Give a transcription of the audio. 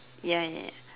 ya ya ya